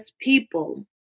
people